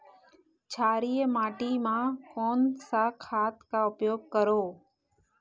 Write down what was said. क्षारीय माटी मा कोन सा खाद का उपयोग करों?